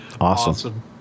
Awesome